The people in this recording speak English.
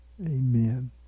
Amen